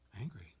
angry